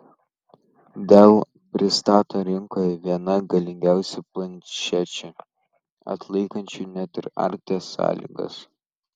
dell pristato rinkoje vieną galingiausių planšečių atlaikančių net ir arkties sąlygas